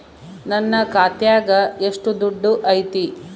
ನನ್ನ ಖಾತ್ಯಾಗ ಎಷ್ಟು ದುಡ್ಡು ಐತಿ?